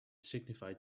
signified